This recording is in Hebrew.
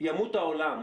ימות העולם,